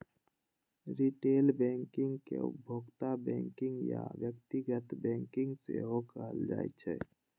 retail banking कें उपभोक्ता banking या व्यक्तिगत बैंकिंग सेहो कहल जाइ छै